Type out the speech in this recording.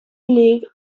league